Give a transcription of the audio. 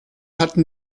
hatten